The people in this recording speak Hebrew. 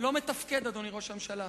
לא מתפקד, אדוני ראש הממשלה.